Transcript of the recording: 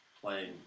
playing